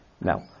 Now